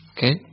Okay